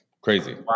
Crazy